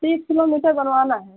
तीस किलोमीटर बनवाना है